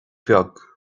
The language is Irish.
bheag